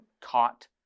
caught